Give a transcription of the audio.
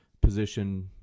position